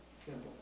Simple